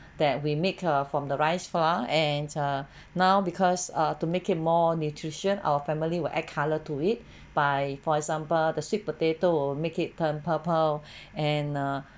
that we make err from the rice flour and uh now because err to make it more nutrition our family will add colour to it by for example the sweet potato will make it turn purple and uh